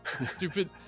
stupid